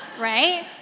right